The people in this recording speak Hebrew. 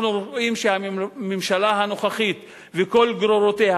אנחנו רואים שהממשלה הנוכחית וכל גרורותיה,